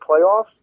playoffs